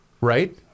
right